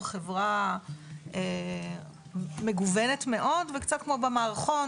חברה מגוונת מאוד וקצת כמו במערכון,